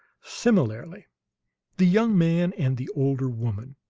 similarly the young man and the older woman,